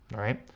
alright?